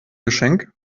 geschenk